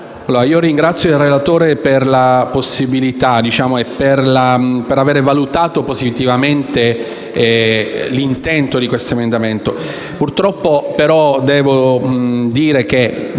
ringrazio il relatore per la possibilità offerta e per aver valutato positivamente l'intento dell'emendamento.